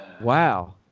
Wow